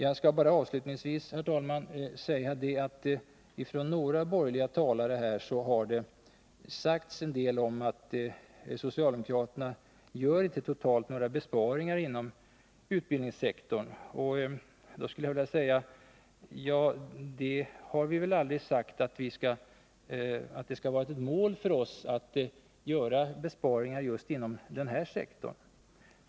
Jag skall bara avslutningsvis, herr talman, kommentera att några borgerliga talare har sagt att socialdemokraterna inte gör några besparingar totalt inom utbildningssektorn. Vi har aldrig sagt att det skall vara ett mål för oss att göra besparingar just inom den här sektorn.